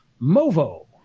movo